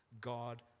God